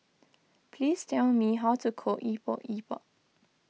please tell me how to cook Epok Epok